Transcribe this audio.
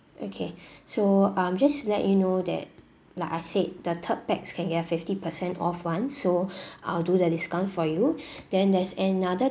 okay so um just to let you know that like I said the third pax can get a fifty percent off one so I'll do the discount for you then there's another